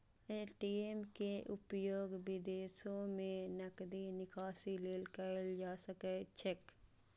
ATM के उपयोग विदेशो मे नकदी निकासी लेल कैल जा सकैत छैक